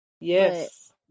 Yes